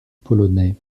polonais